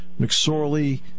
McSorley